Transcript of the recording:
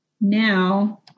now